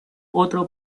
otro